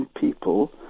people